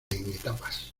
etapas